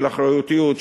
של אחריותיות,